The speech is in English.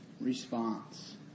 response